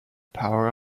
power